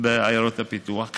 בעיירות הפיתוח.